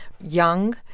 young